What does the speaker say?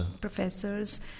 professors